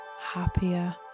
happier